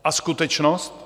A skutečnost?